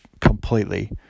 completely